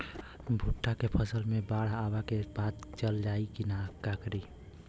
भुट्टा के फसल मे बाढ़ आवा के बाद चल जाई त का करी?